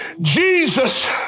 Jesus